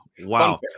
Wow